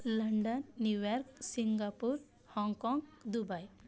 London New York Singapore Hong Kong Dubai